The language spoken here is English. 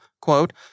quote